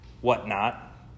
whatnot